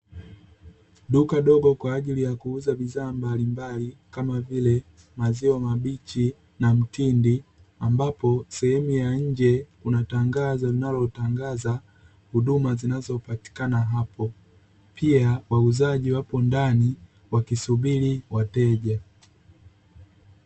Duka dogo kwa ajili ya kuuza bidhaa mbalimbali kama vile maziwa mabichi na mtindi, ambapo sehemu ya nje kunatangazo linalotangaza huduma zinazopatikana hapo pia wauzaji wapo ndani wakisubiri wateja.